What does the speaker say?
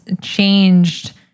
changed